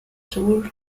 seguros